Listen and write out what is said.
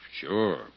sure